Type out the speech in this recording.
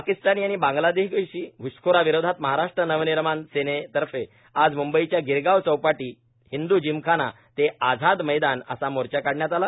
पाकिस्तानी आणि बांग्लादेशी घुसखोरांविरोधात महाराष्ट्र नवनिर्माण सेनेतर्फे आज म्ंबईच्या गिरगाव चौपाटी हिंद् जिमखाना ते आझाद मैदान असा मोर्चा काढण्यात आला